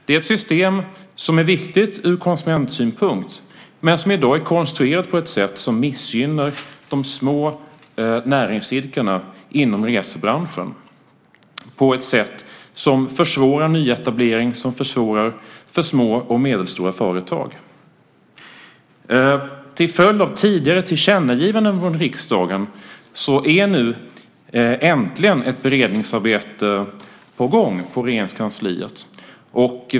Det är ett system som är viktigt ur konsumentsynpunkt men som i dag är konstruerat på ett sådant sätt att det missgynnar de små näringsidkarna inom resebranschen på ett sätt som försvårar nyetablering och som försvårar för små och medelstora företag. Till följd av tidigare tillkännagivanden från riksdagen är nu äntligen ett beredningsarbete på gång på Regeringskansliet.